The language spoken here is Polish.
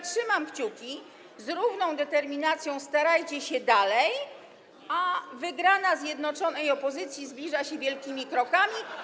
Trzymam kciuki, z równą determinacją starajcie się dalej, bo wygrana zjednoczonej opozycji zbliża się wielkimi krokami.